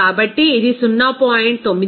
కాబట్టి ఇది 0